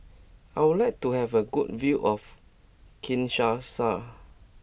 I would like to have a good view of Kinshasa